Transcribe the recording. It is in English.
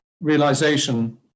realization